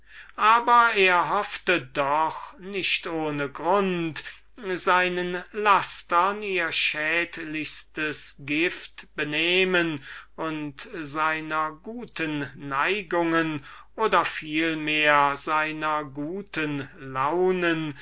aber er hoffte doch nicht ohne grund seinen lastern ihr schädlichstes gift benehmen und seiner guten neigungen oder vielmehr seiner guten launen